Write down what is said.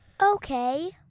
Okay